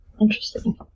interesting